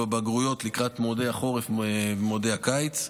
לבגרויות לקראת מועדי החורף ומועדי הקיץ.